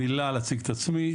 מילה להציג את עצמי,